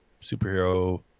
superhero